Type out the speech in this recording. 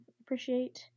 appreciate